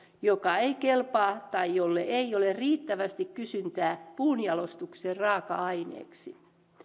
joka ei kelpaa tai jolle ei ole riittävästi kysyntää puunjalostuksen raaka aineeksi